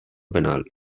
penal